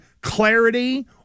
clarity